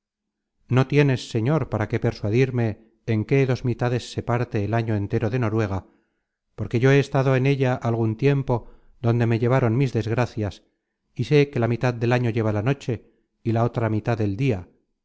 at is m para qué persuadirme en qué dos mitades se parte el año entero de noruega porque yo he estado en ella algun tiempo donde me llevaron mis desgracias y sé que la mitad del año lleva la noche y la otra mitad el dia